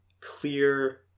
clear